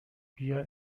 بیا